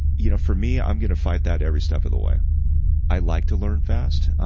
you know for me, i'm gonna fight that every step of the way i like to learn fast.